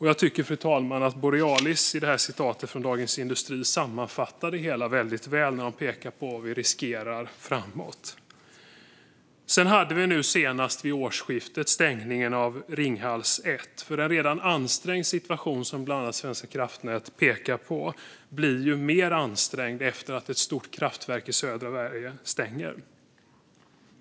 Jag tycker, fru talman, att Borealis i citatet från Dagens industri sammanfattar det hela väldigt väl när de pekar på vad vi riskerar framöver. Sedan hade vi nu senast vid årsskiftet stängningen av Ringhals 1. En redan ansträngd situation, som bland annat Svenska kraftnät pekar på, blir mer ansträngd efter att ett stort kraftverk i södra Sverige stänger.